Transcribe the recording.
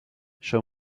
show